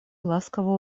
ласково